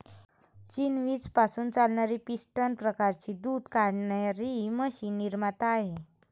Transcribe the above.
चीन वीज पासून चालणारी पिस्टन प्रकारची दूध काढणारी मशीन निर्माता आहे